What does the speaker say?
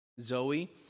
Zoe